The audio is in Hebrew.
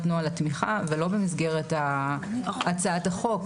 נוהל התמיכה ולא במסגרת הצעת החוק.